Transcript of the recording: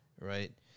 right